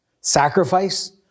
sacrifice